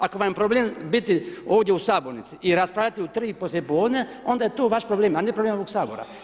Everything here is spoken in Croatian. Ako vam je problem biti ovdje u Sabornici i raspravljati u 3 poslijepodne, onda je to vaš problem, a ne problem ovog Sabora.